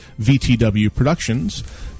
vtwproductions